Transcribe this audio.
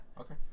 okay